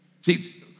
See